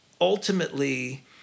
ultimately